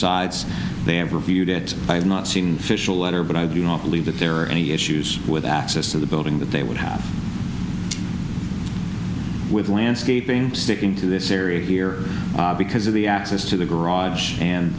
sides they have reviewed it i have not seen fishel letter but i do not believe that there are any issues with access to the building that they would have with landscaping sticking to this area here because of the access to the garage and